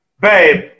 babe